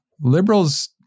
liberals